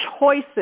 choices